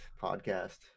podcast